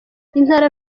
intara